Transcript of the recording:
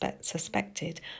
suspected